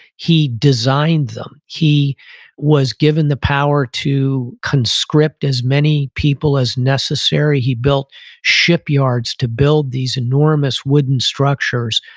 he designed them. he was given the power to conscript as many people as necessary. he built shipyards to build these enormous wooden structures.